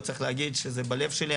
לא צריך להגיד הוא בלב שלי.